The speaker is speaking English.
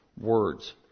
words